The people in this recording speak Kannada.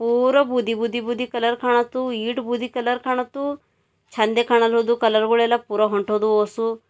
ಪೂರ ಬೂದಿ ಬೂದಿ ಬೂದಿ ಕಲರ್ ಕಾಣತ್ತು ಈಟು ಬೂದಿ ಕಲರ್ ಕಾಣತ್ತು ಛಂದೇ ಕಾಣಲ್ಲ ಹೋದವು ಕಲರ್ಗಳೆಲ್ಲ ಪೂರ ಹೊಂಟೋದವು ಒಸು